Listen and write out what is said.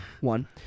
one